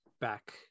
back